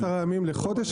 בין 10 ימים לחודש,